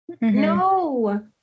no